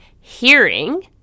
hearing